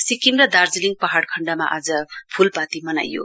सिक्किम र दार्जिलिङ पहाइ खण्डमा आज फूलपाती मनाइयो